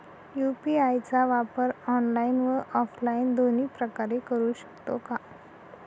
UPI चा वापर online व ऑफलाईन दोन्ही प्रकारे करु शकतो का?